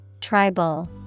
Tribal